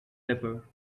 paper